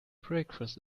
breakfast